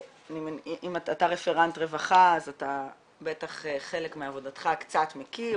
שאתה רפרנט רווחה אז בטח כחלק מעבודתך קצת מכיר,